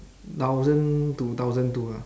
thousand to thousand two ah